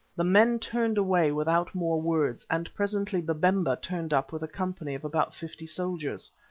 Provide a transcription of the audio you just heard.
the men turned away without more words, and presently babemba turned up with a company of about fifty soldiers.